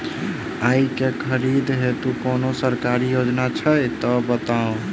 आइ केँ खरीदै हेतु कोनो सरकारी योजना छै तऽ बताउ?